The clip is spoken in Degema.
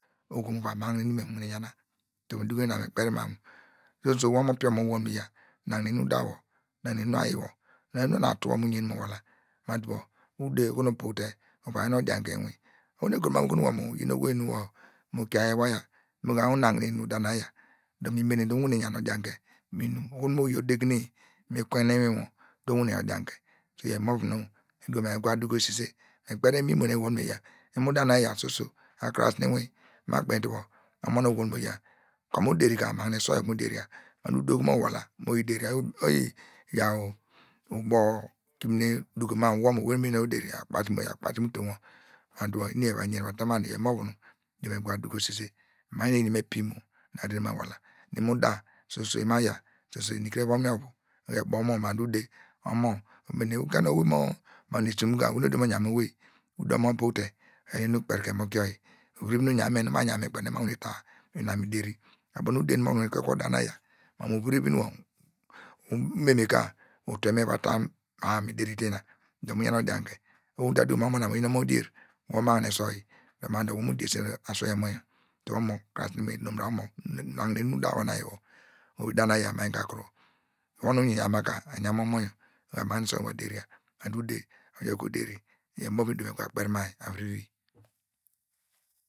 Oho nu muva magne inum yor mu yana, dor mi duko ina mi ikperi wor mam mu soso wor omo pin- omo nu uwol muya nagne enu da wor nagne enu ayiwor, nagne enu da wor nagne enu ayiwor, nagne enu onatu wor nu uyen mu wola ma tuo ude oho nu ubaw te mu yan odianke mu inwin, oho mu guna, mam mu oho nu wor uyin owey nu mu kiayi iwaya, unagne enu da nu aya dor mi mene dor uwane yan odian ke mu inum oho mo yi odegne mu kwene inwinwo dor uyan odianke so iyar imovu nu mi duko mam mu mi kuru duko miya sise, mi kperi imi- imo nu ewol meya imo da nu aya so so akrasine inwin me kpe tuo omo nu owul muya kam odori ka amagnese oyi okunu mo deria mam ude oho nu mo wol la mo yi dera oyi yaw ubo kime duko mam mu wor oyor owey mi omenen nu oyi oderi oya kpasi mu utom wor oyor owey nu omenen nu oyi oderi oya kpasi mu utom wor, ma dor eni yor ka eva yen ata mu adu iyor imovu nu mi duko mam mu mi kire ya duko sise, maimi eyin eme pin- imo nu ma wola nu eyin eme pin- imo nu ma wola dor soso imo da nu imo aya, soso eni kre evon mu inwin ovu ebo omo yor mam ude ubom omo yor ma dor ude, ugen owey mo mo yor ma dor ude, ugen owey mo mo magnese inum ka owei nu oderin mo yam owey, ude omo obuw te mo yaw enu ukperike mo ke, ewey nu eyam men, ema yam me kpe tuo nui ma wane ta ina mi deri, oyor ubo nu ude nu mo wane ta ina mi deri, oyor ubo nu ude nu mo wane kwe ke wor da me aya mamu uvuri vi nu mi derite ina dor mu yan odiante, oho nu uta duko te mam omo na oyin omo dier, umagnese oyi ma dor wor nu uduse nu aswei nonw dor omo krasine inwin, omo krasine inwin, omo nagne inum nu da wo nu ayi wo me kperi wo yor, oho yor da nu aya ma ka ovon mu unya yor ava yam omo yor amagnese mo deria, ma dor ude oyi ka oderi iyor imovu mi duko mi va kperi mai avirivi.